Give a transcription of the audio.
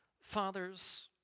Fathers